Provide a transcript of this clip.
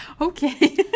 Okay